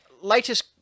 latest